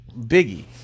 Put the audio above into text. Biggie